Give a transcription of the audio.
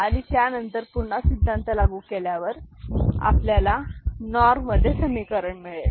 आणि त्यानंतर पुन्हा सिद्धांत लागू केल्यावर आपल्याला नोर मध्ये समीकरण मिळेल